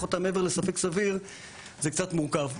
אותם מעבר לספק סביר זה קצת מורכב.